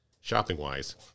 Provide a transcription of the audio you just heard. Shopping-wise